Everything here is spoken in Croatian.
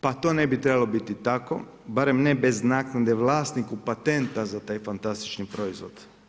Pa to ne bi trebalo biti tako, barem ne bez naknade vlasniku patenta za taj fantastični proizvod.